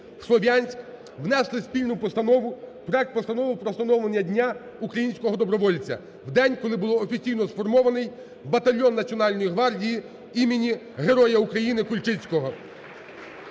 у Слов'янськ, внесли спільну постанову, проект Постанови про встановлення Дня українського добровольця в день, коли було офіційно сформований батальйон Національної гвардії імені Героя України Кульчицького.